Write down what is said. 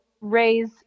raise